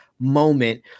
moment